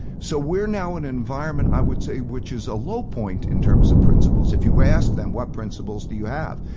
so we're now in an environment i would say which is a low point in terms of principles. if you ask them, what principles do you have.